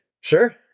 Sure